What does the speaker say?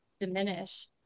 diminish